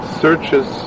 searches